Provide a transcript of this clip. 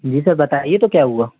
जी sir बताइए तो क्या हुआ